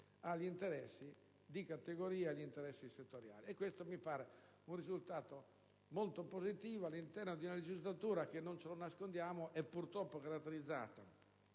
a quelli di categoria e settoriali. Questo mi pare un risultato molto positivo all'interno di una legislatura che, non ce lo nascondiamo, è purtroppo caratterizzata